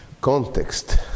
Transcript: context